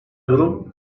durum